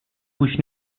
گوش